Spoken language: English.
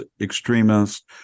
extremists